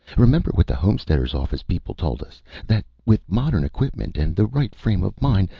remember what the homesteaders office people told us that with modern equipment and the right frame of mind,